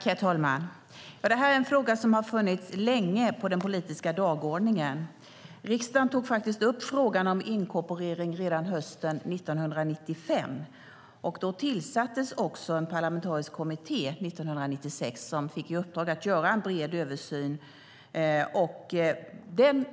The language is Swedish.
Herr talman! Det här är en fråga som har funnits länge på den politiska dagordningen. Riksdagen tog faktiskt upp frågan om inkorporering redan hösten 1995. År 1996 tillsattes en parlamentarisk kommitté som fick i uppdrag att göra en bred översyn.